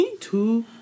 Two